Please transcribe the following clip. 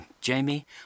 Jamie